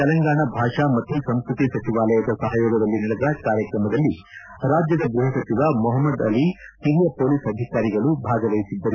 ತೆಲಂಗಾಣ ಭಾಷಾ ಮತ್ತು ಸಂಸ್ಕತಿ ಸಚಿವಾಲಯದ ಸಹಯೋಗದಲ್ಲಿ ನಡೆದ ಕಾರ್ಯಕ್ರಮದಲ್ಲಿ ರಾಜ್ಜದ ಗೃಹ ಸಚಿವ ಮೊಹಮ್ನದ್ ಅಲಿ ಹಿರಿಯ ಪೊಲೀಸ್ ಅಧಿಕಾರಿಗಳು ಭಾಗವಹಿಸಿದ್ದರು